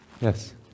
Yes